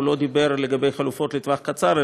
הוא לא דיבר על חלופות לטווח קצר,